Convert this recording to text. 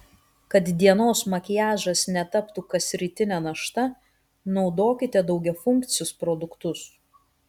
kad dienos makiažas netaptų kasrytine našta naudokite daugiafunkcius produktus